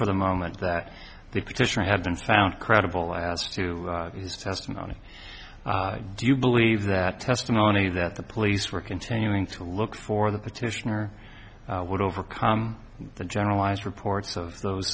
for the moment that the petitioner had been found credible as to his testimony do you believe that testimony that the police were continuing to look for the petitioner would overcome the generalized reports of those